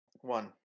One